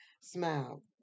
Smile